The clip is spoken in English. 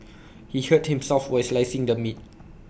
he hurt himself while slicing the meat